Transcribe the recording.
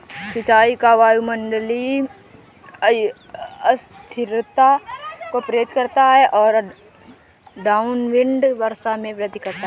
सिंचाई का वायुमंडलीय अस्थिरता को प्रेरित करता है और डाउनविंड वर्षा में वृद्धि करता है